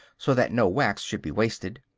so that no wax should be wasted.